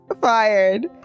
fired